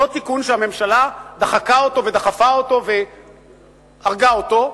אותו תיקון שהממשלה דחקה אותו ודחפה אותו והרגה אותו,